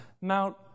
Mount